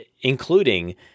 including